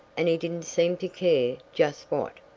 and he didn't seem to care just what.